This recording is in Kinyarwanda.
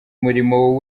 umurimo